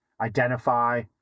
identify